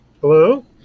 Hello